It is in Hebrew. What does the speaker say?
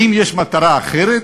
האם יש מטרה אחרת?